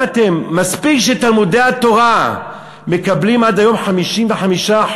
מה אתם, מספיק שתלמודי-התורה מקבלים עד היום 55%,